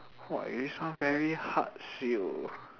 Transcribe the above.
!wah! eh this one very hard [siol]